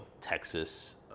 Texas